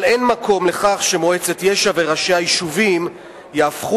אבל אין מקום לכך שמועצת יש"ע וראשי היישובים יהפכו